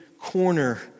corner